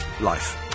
life